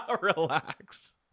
relax